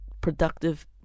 productive